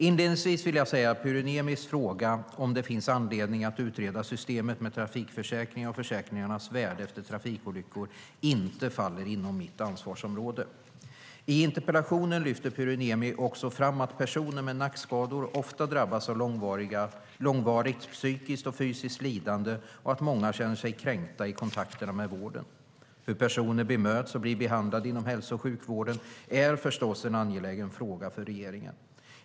Inledningsvis vill jag säga att Pyry Niemis fråga om det finns anledning att utreda systemet med trafikförsäkringar och försäkringarnas värde efter trafikolyckor inte faller inom mitt ansvarsområde. I interpellationen lyfter Pyry Niemi också fram att personer med nackskador ofta drabbas av långvarigt psykiskt och fysiskt lidande och att många känner sig kränkta i kontakterna med vården. Hur personer bemöts och blir behandlade inom hälso och sjukvården är förstås en angelägen fråga för regeringen.